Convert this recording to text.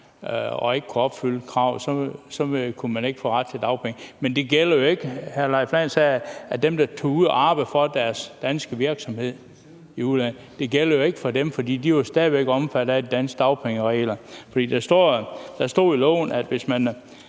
man ikke kan opfylde kravet, kan man ikke få ret til dagpenge. Men dem, der tager ud og arbejder for deres danske virksomheder i udlandet, gælder det jo ikke for, fordi de stadig væk er omfattet af de danske dagpengeregler. Der står i loven, at hvis man